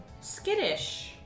skittish